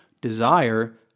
desire